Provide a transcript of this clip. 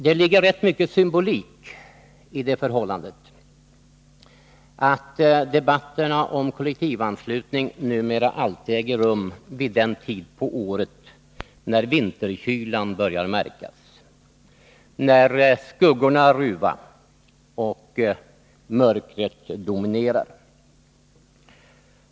Det ligger rätt mycket symbolik i det förhållandet att debatten om kollektivanslutningen numera alltid äger rum vid den tid på året när vinterkylan börjar märkas, när skuggorna ruvar och mörkret dominerar.